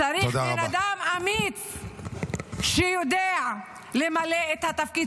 צריך בן אדם אמיץ שיודע למלא את התפקיד